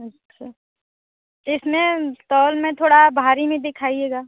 अच्छा इसमें तौल में थोड़ा भारी में दिखाइएगा